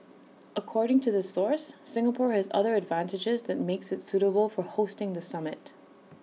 according to the source Singapore has other advantages that makes IT suitable for hosting the summit